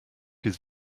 his